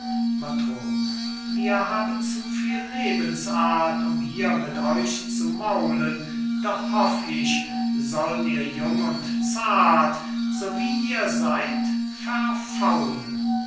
matrone wir haben zu viel lebensart um hier mit euch zu maulen doch hoff ich sollt ihr jung und zart so wie ihr seyd verfaulen